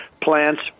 plants